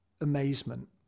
amazement